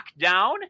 lockdown